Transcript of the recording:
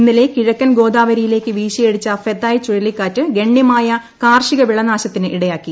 ഇന്നലെ കിഴക്കൻ ഗോദാവരിയിലേക്ക് വീശിയടിച്ച ഫെതായ് ചുഴലിക്കാറ്റ് ഗണ്യമായ കാർഷികവിളനാശത്തിന് ഇടയാക്കി